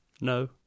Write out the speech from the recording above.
No